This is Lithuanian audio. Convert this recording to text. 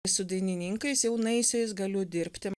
su dainininkais jaunaisiais galiu dirbti